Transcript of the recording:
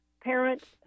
parents